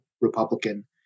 Republican